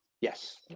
Yes